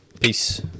Peace